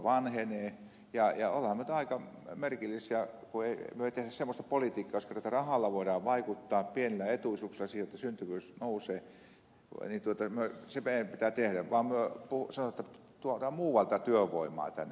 olemmehan me nyt aika merkillisiä kun me emme tee semmoista politiikkaa jos kerta rahalla voidaan vaikuttaa pienillä etuisuuksilla siihen jotta syntyvyys nousee niin se meidän pitää tehdä vaan me sanomme että tuodaan muualta työvoimaa tänne